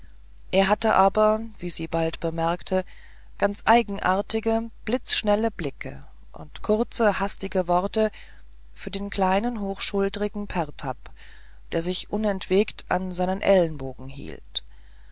er hatte aber wie sie bald bemerkte ganz eigenartige blitzschnelle blicke und kurze hastige worte für den kleinen hochschultrigen pertab der sich unentwegt an seinen ellenbogen hielt